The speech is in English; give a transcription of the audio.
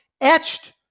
etched